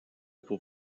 pour